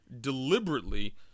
deliberately